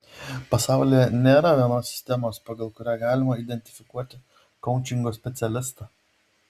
pasaulyje nėra vienos sistemos pagal kurią galima identifikuoti koučingo specialistą